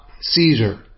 Caesar